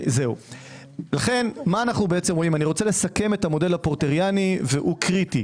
אני רוצה לסכם את המודל הפורטריאני והוא קריטי.